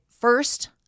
first